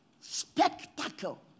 spectacle